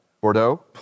Bordeaux